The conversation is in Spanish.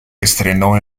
estrenó